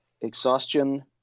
exhaustion